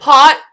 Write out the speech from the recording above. Pot